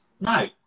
No